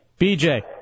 BJ